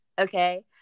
okay